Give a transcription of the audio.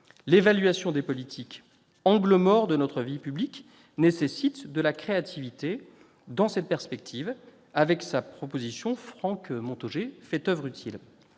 L'évaluation des politiques, angle mort de notre vie publique, nécessite de la créativité. Dans cette perspective, avec sa proposition, Franck Montaugé fait oeuvre utile.